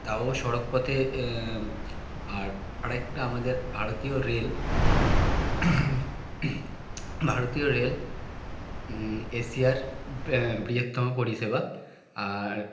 তাও সড়ক পথে আর একটা আমাদের ভারতীয় রেল ভারতীয় রেল এশিয়ার বৃহত্তম পরিষেবা আর